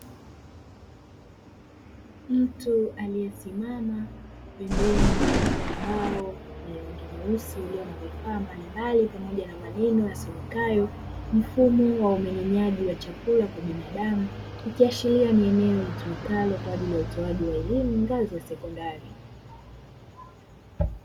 Mtu aliye simama pembeni ya ubao wenye rangi nyeusi ulio na vifaa mbalimbali pamoja na maneno yasomekayo "Mfumo wa umeng'enyaji wa chakula kwa binadamu" ikiashiria ni eneo litumikalo kwaajili ya utoaji wa elimu ngazi ya sekondari